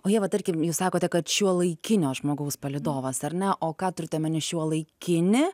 o ieva tarkim jūs sakote kad šiuolaikinio žmogaus palydovas ar ne o ką turit omeny šiuolaikinį